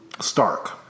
stark